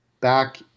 back